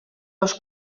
les